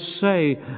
say